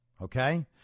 okay